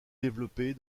développée